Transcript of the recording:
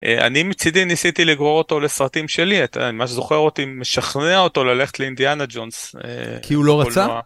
אני מצידי ניסיתי לגרור אותו לסרטים שלי, אני ממש זוכר אותי משכנע אותו ללכת לאינדיאנה ג'ונס, לקולנוע. -כי הוא לא רצה?